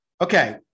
Okay